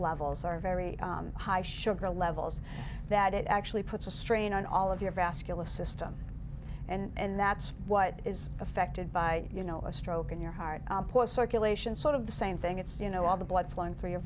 levels are very high sugar levels that it actually puts a strain on all of your vascular system and that's what is affected by you know a stroke in your heart poor circulation sort of the same thing it's you know all the blood flowing through your